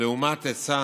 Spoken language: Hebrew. לעומת היצע